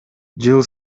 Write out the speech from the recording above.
жыл